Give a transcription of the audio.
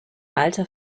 alter